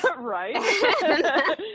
right